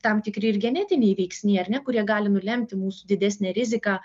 tam tikri ir genetiniai veiksniai ar ne kurie gali nulemti mūsų didesnę riziką